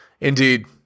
Indeed